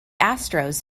astros